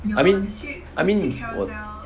I mean I mean 我